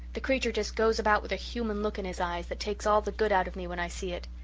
the creature just goes about with a human look in his eyes that takes all the good out of me when i see it.